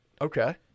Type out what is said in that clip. Okay